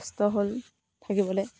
কষ্ট হ'ল থাকিবলে